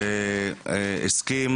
שהסכים